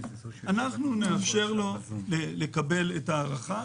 נאפשר לו לקבל את הארכה.